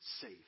safe